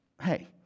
Hey